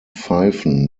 pfeifen